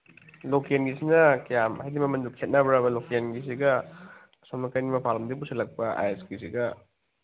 ꯂꯣꯀꯦꯜꯁꯤꯅ ꯀꯌꯥꯝ ꯍꯥꯏꯗꯤ ꯃꯃꯟꯗꯨ ꯈꯦꯠꯅꯕ꯭ꯔꯥꯕ ꯂꯣꯀꯦꯜꯒꯤꯁꯤꯒ ꯑꯁꯣꯝ ꯅꯥꯀꯟ ꯃꯄꯥꯜꯂꯣꯝꯗꯒꯤ ꯄꯨꯁꯤꯜꯂꯛꯄ ꯑꯥꯏꯁꯀꯤꯁꯤꯒ